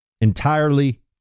Entirely